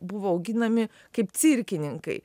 buvo auginami kaip cirkininkai